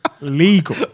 legal